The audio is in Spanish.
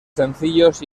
sencillos